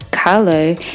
carlo